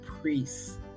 priests